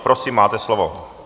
Prosím, máte slovo.